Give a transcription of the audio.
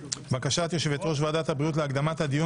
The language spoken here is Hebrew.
בקשת יושבת ראש ועדת הבריאות להקדמת הדיון